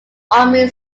army